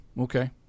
Okay